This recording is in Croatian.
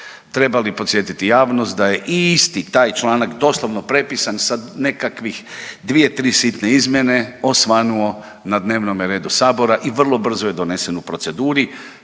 Treba li podsjetiti javnosti da je isti taj članak doslovno prepisan sa nekakvih dvije, tri sitne izmjene osvanuo na dnevnome redu Sabora i vrlo brzo je donesen u proceduri